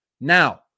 now